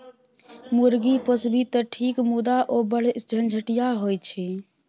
मुर्गी पोसभी तँ ठीक मुदा ओ बढ़ झंझटिया होए छै